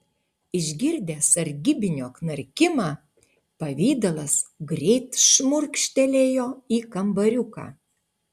išgirdęs sargybinio knarkimą pavidalas greit šmurkštelėjo į kambariuką